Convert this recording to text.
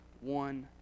one